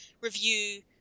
review